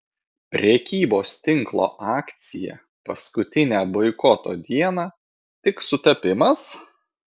prekybos tinklo akcija paskutinę boikoto dieną tik sutapimas